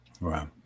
Right